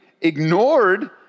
ignored